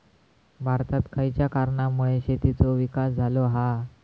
भारतात खयच्या कारणांमुळे शेतीचो विकास झालो हा?